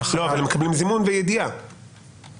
אבל הם מקבלים זימון ויידוע, נכון?